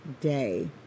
day